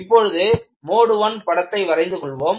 இப்பொழுது mode I படத்தை வரைந்து கொள்வோம்